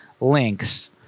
links